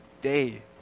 day